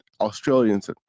australians